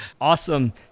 Awesome